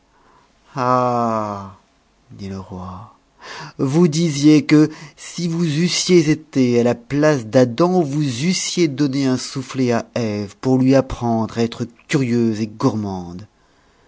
dit le roi vous disiez que si vous eussiez été à la place d'adam vous eussiez donné un soufflet à ève pour lui apprendre à être curieuse et gourmande